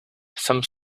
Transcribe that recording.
some